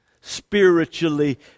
Spiritually